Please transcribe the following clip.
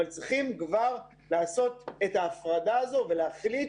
אבל צריך לעשות כבר את ההפרדה הזו ולהחליט